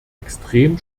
extrem